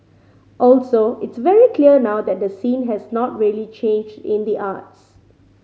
also it's very clear now that the scene has not really changed in the arts